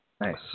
Nice